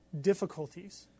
difficulties